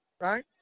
Right